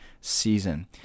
season